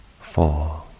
Four